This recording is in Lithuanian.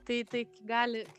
tai tai gali